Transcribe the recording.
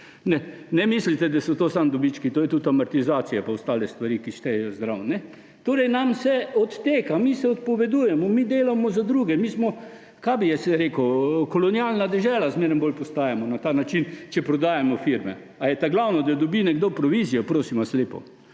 Ne mislite, da so to samo dobički, to je tudi amortizacija pa ostale stvari, ki štejejo zraven. Torej nam vse odteka, mi se odpovedujemo, mi delamo za druge, mi smo …, kaj bi jaz rekel, kolonialna dežela zmeraj bolj postajamo na ta način, če prodajamo firme. Ali je glavno, da dobi nekdo provizijo, prosim vas lepo.